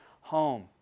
home